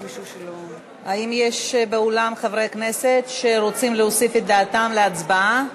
האם יש באולם חברי כנסת שרוצים להוסיף את דעתם להצבעה?